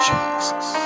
Jesus